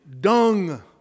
Dung